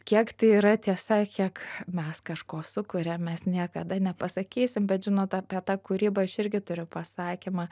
kiek tai yra tiesa kiek mes kažko sukuriam mes niekada nepasakysim bet žinot apie tą kūrybą aš irgi turiu pasakymą